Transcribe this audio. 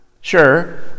Sure